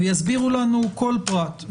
ויסבירו לנו כל פרט.